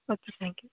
okay thank you